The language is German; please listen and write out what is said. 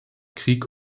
krieg